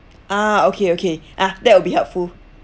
ah okay okay ah that will be helpful